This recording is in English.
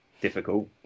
difficult